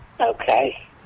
Okay